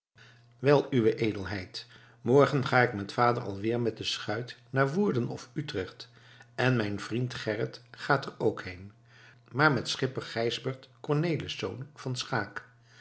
wel uwe edelheid morgen ga ik met vader alweer met de schuit naar woerden of utrecht en mijn vriend gerrit gaat er ook heen maar met schipper gijsbert cornelisz van schaeck